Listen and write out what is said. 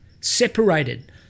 separated